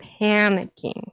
panicking